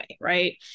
right